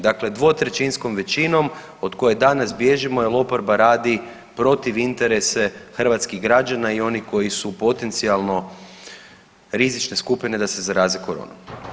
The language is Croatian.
Dakle, dvotrećinskom većinom, od koje danas bježimo jer oporba radi protiv interese hrvatskih građana i onih koji su potencijalno rizična skupina, da se zaraze koronom.